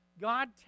God